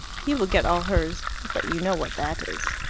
he will get all hers. but you know what that is.